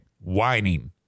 Whining